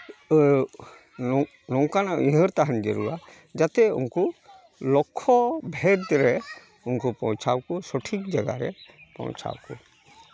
ᱱᱚᱝᱠᱟᱱᱟᱜ ᱩᱭᱦᱟᱹᱨ ᱛᱟᱦᱮᱱ ᱡᱟᱹᱨᱩᱲᱟ ᱡᱟᱛᱮ ᱩᱝᱠᱩ ᱞᱚᱠᱠᱷᱚ ᱵᱷᱮᱫ ᱨᱮ ᱩᱝᱠᱩ ᱯᱳᱶᱪᱷᱟᱣ ᱠᱚ ᱥᱚᱴᱷᱤᱠ ᱡᱟᱭᱜᱟ ᱨᱮ ᱯᱳᱶᱪᱷᱟᱣ ᱠᱚ